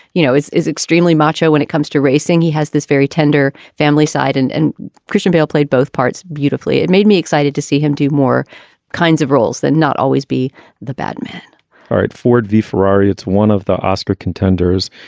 you know, is extremely macho when it comes to racing, he has this very tender family side. and and christian bale played both parts beautifully. it made me excited to see him do more kinds of roles than not. always be the bad man ah at ford v. ferrari, it's one of the oscar contenders.